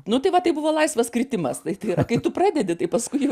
nu tai va tai buvo laisvas kritimas tai tai kaip tu pradedi tai paskui jau